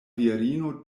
virino